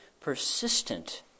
persistent